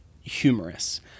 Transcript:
humorous